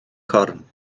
corn